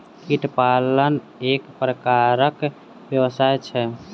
कीट पालन एक प्रकारक व्यवसाय छै